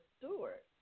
Stewart